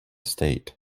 state